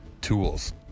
tools